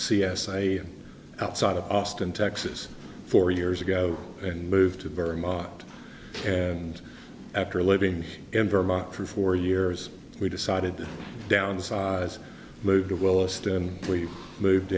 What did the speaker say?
i outside of austin texas four years ago and moved to vermont and after living in vermont for four years we decided to downsize move to willis then we moved